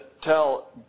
tell